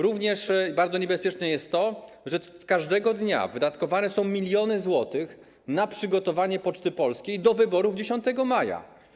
Również bardzo niebezpieczne jest to, że każdego dnia wydatkowane są miliony złotych na przygotowanie Poczty Polskiej do wyborów 10 maja.